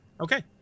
okay